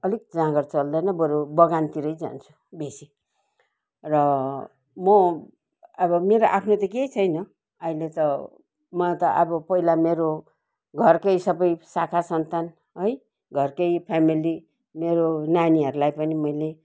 अलिक जाँगर चल्दैन बरू बगानतिरै जान्छु बेसी र म अब मेरो आफ्नो त केही छैन अहिले त अब पहिला मेरो घरकै सबै साखा सन्तान है घरकै फेमेली मेरो नानीहरूलाई पनि मैले